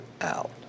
out